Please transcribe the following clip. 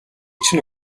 чинь